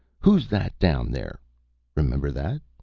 who's that down there remember that?